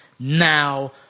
now